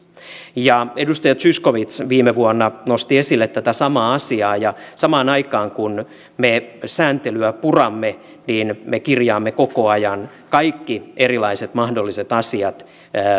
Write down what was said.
edustaja zyskowicz viime vuonna nosti esille tätä samaa asiaa samaan aikaan kun me sääntelyä puramme me kirjaamme koko ajan kaikki erilaiset mahdolliset asiat